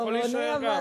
אתה יכול להישאר גם.